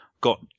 got